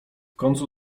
końcu